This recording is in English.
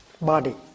body